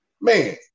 man